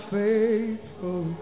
faithful